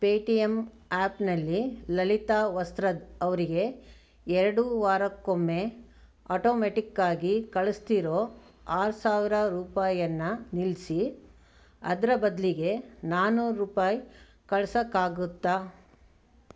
pay T M ಆಪ್ನಲ್ಲಿ ಲಲಿತಾ ವಸ್ತ್ರದವರಿಗೆ ಎರಡು ವಾರಕ್ಕೊಮ್ಮೆ ಆಟೋಮೆಟ್ಟಿಕ್ಕಾಗಿ ಕಳಿಸ್ತಿರೋ ಆರು ಸಾವಿರ ರೂಪಾಯನ್ನು ನಿಲ್ಲಿಸಿ ಅದರ ಬದಲಿಗೆ ನಾನ್ನೂರು ರೂಪಾಯಿ ಕಳಿಸೋಕಾಗುತ್ತಾ